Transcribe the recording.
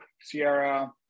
Sierra